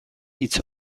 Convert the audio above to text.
hitz